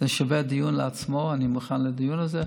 זה שווה דיון לעצמו, אני מוכן לדיון הזה,